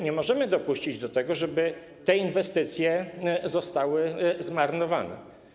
Nie możemy dopuścić do tego, żeby te inwestycje zostały zmarnowane.